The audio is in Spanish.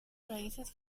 raíces